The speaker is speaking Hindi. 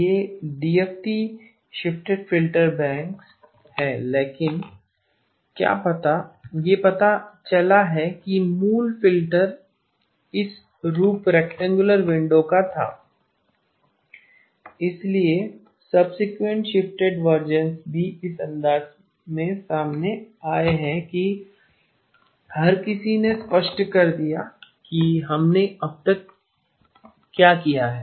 ये डीएफटी शिफ्टेड फ़िल्टर बैंक्स हैं लेकिन यह पता चला है कि मूल फ़िल्टर इस रूप रेक्टैंगुलार विंडो का था इसलिए सबसीकवेंट शिफ्टेड वर्जन्स भी इस अंदाज में सामने आए कि हर किसी ने स्पष्ट कर दिया कि हमने अब तक क्या किया है